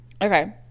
Okay